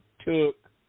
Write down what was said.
took